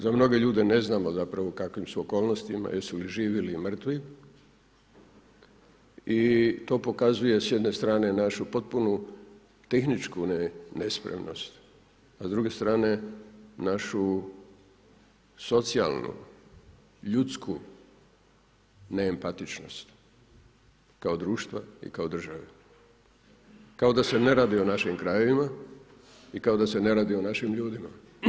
Za mnoge ljude ne znamo zapravo u kakvim su okolnostima, jesu li živi ili mrtvi i to pokazuje s jedne strane jednu potpunu tehničku nespremnost, a s druge strane našu socijalnu, ljudsku neempatičnost kao društva i kao države kao da se ne radi o našim krajevima i kao da se ne radi o našim ljudima.